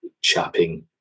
chapping